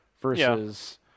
versus